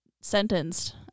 sentenced